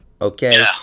okay